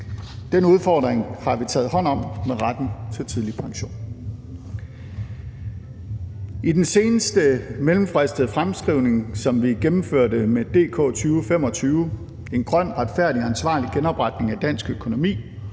Den udfordring har vi taget hånd om med retten til tidlig pension. I den seneste mellemfristede fremskrivning, som vi gennemførte med »DK2025 – en grøn retfærdig og ansvarlig genopretning af dansk økonomi«